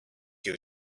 your